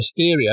Mysterio